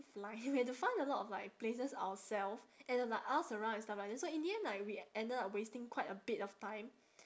fly we had to find a lot of like places ourself and to like ask around and stuff like that so in the end like we ended up wasting quite a bit of time